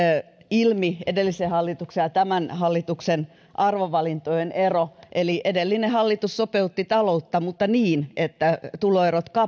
ilmi edellisen hallituksen ja tämän hallituksen arvovalintojen ero eli edellinen hallitus sopeutti taloutta mutta niin että tuloerot